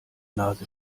nase